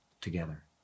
together